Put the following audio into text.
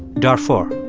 darfur.